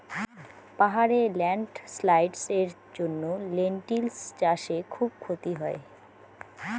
পাহাড়ে ল্যান্ডস্লাইডস্ এর জন্য লেনটিল্স চাষে খুব ক্ষতি হয়